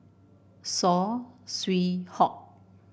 Saw Swee Hock